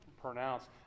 pronounced